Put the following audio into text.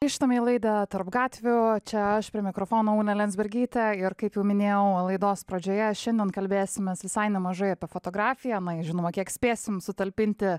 grįžtame į laidą tarp gatvių čia aš prie mikrofono ugnė lensbergytė ir kaip jau minėjau laidos pradžioje šiandien kalbėsimės visai nemažai apie fotografiją na ir žinoma kiek spėsim sutalpinti